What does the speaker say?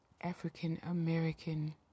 African-American